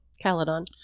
Caledon